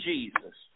Jesus